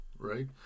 right